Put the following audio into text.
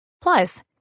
Plus